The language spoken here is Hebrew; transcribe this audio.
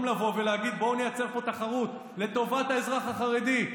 לבוא ולהגיד: בואו נייצר פה תחרות לטובת האזרח החרדי,